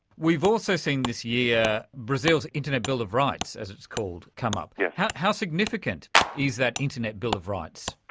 we've also seen this year brazil's internet bill of rights, as it's called, come up. yeah how how significant is that internet bill of rights?